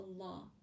Allah